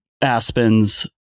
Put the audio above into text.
aspens